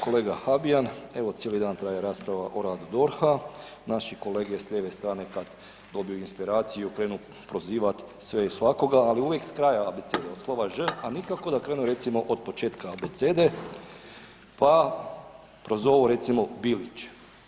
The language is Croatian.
Kolega Habijan, evo cijeli dan traje rasprava o radu DORH-a, naši kolege s lijeve strane kad dobiju inspiraciju krenu prozivat sve i svakoga ali ovdje s kraja abecede ali nikako da krenu recimo od početka abecede pa prozovu recimo Bilić.